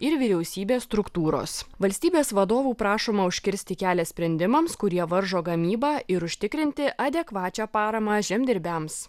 ir vyriausybės struktūros valstybės vadovų prašoma užkirsti kelią sprendimams kurie varžo gamybą ir užtikrinti adekvačią paramą žemdirbiams